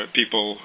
people